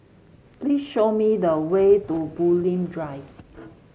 please show me the way to Bulim Drive